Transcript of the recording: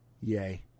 Yay